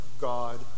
God